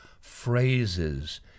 phrases